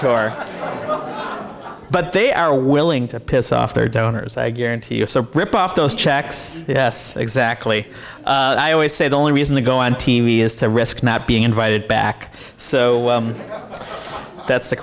tour but they are willing to piss off their donors i guarantee you rip off those checks yes exactly i always say the only reason to go on t v is to risk not being invited back so that's